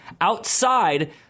Outside